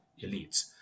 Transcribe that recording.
elites